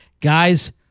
Guys